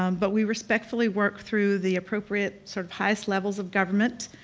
um but we respectfully work through the appropriate sort of highest levels of government,